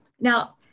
Now